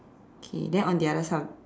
okay then on the other side of